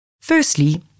Firstly